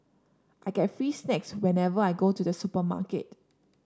I get free snacks whenever I go to the supermarket